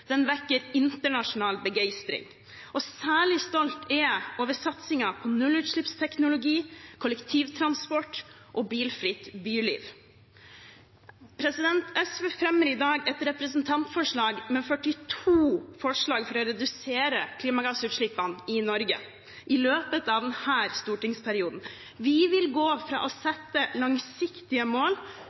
Den vekker internasjonal begeistring. Særlig stolt er jeg over satsingen på nullutslippsteknologi, kollektivtransport og bilfritt byliv. SV fremmer i dag et representantforslag med 42 forslag for å redusere klimagassutslippene i Norge i løpet av denne stortingsperioden. Vi vil gå fra å sette langsiktige mål,